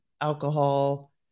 alcohol